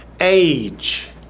age